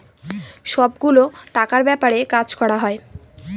সব গুলো টাকার ব্যাপারে কাজ করা হয়